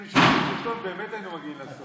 שיש להם השלכה כלכלית ישירה על השכבות החלשות.